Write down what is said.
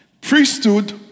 Priesthood